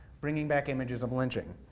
bringing back images of lynching.